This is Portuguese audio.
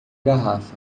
garrafa